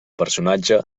personatge